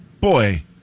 Boy